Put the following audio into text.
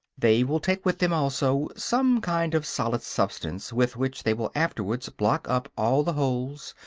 they will take with them also some kind of solid substance with which they will afterwards block up all the holes,